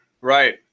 right